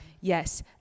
Yes